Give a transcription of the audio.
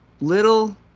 little